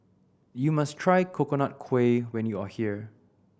you must try Coconut Kuih when you are here